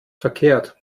verkehrt